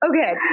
Okay